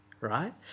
right